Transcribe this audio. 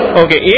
okay